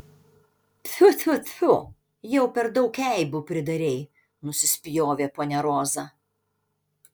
tfiu tfiu tfiu jau per daug eibių pridarei nusispjovė ponia roza